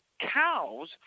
cows